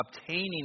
obtaining